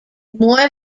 moore